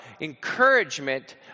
encouragement